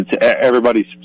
everybody's